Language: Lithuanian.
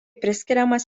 priskiriamas